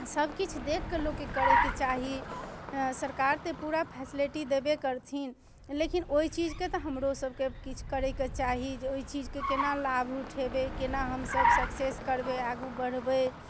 सब किछु देखकऽ लोकके करैके चाही सरकार तऽ पूरा फैसलिटी देबै करथिन लेकिन ओइ चीजके तऽ हमरो सबके किछु करैके चाही जे ओइ चीजके केना लाभ उठेबै केना हमसब सक्सेस करबै आगू बढ़बै